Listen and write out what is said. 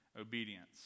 obedience